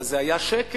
אבל זה היה שקר.